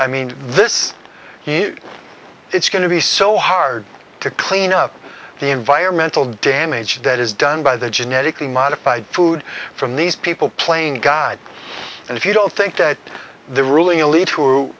i mean this you it's going to be so hard to clean up the environmental damage that is done by the genetically modified food from these people playing god and if you don't think that the ruling elite who